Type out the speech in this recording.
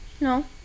No